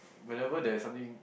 whenever there's something